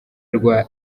rwa